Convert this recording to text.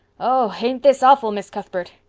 oh, ain't this awful, miss cuthbert?